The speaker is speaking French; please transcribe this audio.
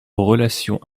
relations